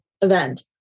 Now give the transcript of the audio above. event